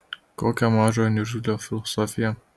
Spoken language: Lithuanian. kokia mažojo niurzglio filosofija